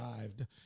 arrived